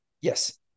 yes